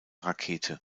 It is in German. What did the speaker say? rakete